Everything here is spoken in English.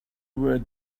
were